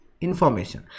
information